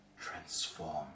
transform